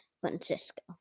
Francisco